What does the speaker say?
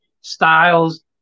styles